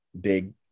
big